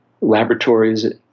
laboratories